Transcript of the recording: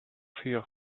heels